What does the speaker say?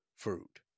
Fruit